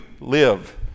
live